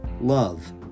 Love